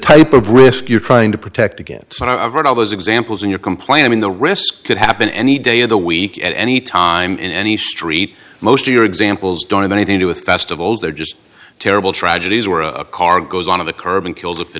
type of risk you're trying to protect against and i've heard all those examples in your complaint in the risk could happen any day of the week at any time in any street most of your examples don't have anything to do with festivals they're just terrible tragedies where a car goes on of the curb and kill